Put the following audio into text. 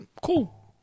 Cool